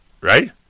Right